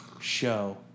show